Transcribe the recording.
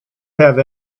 have